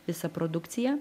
visą produkciją